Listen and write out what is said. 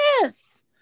Yes